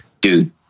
Dude